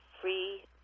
free